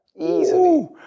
Easily